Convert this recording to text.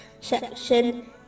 section